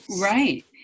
right